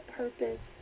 purpose